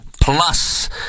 plus